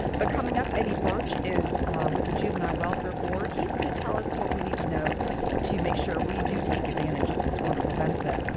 but coming up, eddie burch is with the juvenile welfare board. he's going to tell us what we need to know to make sure we do take advantage of this wonderful benefit.